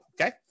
Okay